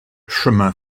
chemin